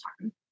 time